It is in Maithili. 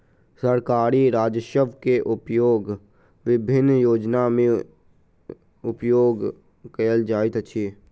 सरकारी राजस्व के उपयोग विभिन्न योजना में उपयोग कयल जाइत अछि